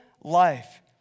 life